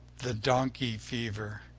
the donkey fever.